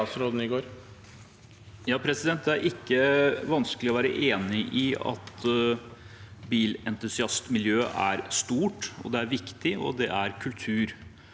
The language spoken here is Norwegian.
Det er ikke vanskelig å være enig i at bilentusiastmiljøet er stort, at det er viktig, og at det er kultur.